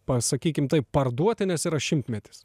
pasakykim taip parduoti nes yra šimtmetis